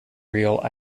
real